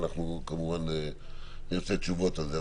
ואנחנו כמובן נרצה תשובות על זה.